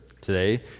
today